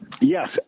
Yes